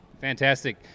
fantastic